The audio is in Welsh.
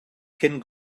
cyn